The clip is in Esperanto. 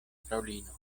fraŭlino